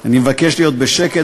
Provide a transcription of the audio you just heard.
אני מבקש להיות בשקט.